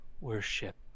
worship